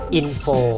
info